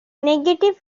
negative